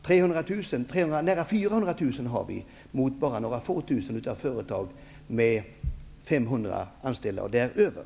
Vi har nära 400 000 småföretag, men bara några få tusen företag med 500 anställda och däröver.